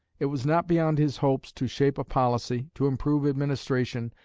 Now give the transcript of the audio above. it was not beyond his hopes to shape a policy, to improve administration,